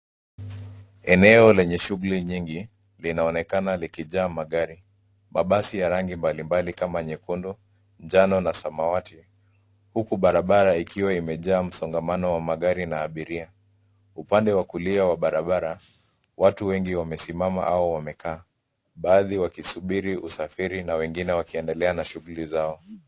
Eneo lenye shughuli nyingi linaonekana likijaa magari, mabasi ya rangi mbalimbali kama nyekundu, njano na samawati huku barabara ikiwa imejaa msongamano wa magari na abiria. Upande wa kulia wa barabara watu wengi wamesimama au wamekaa, baadhi wakisubiri usafiri na wengine wakiendela na shughuli zao.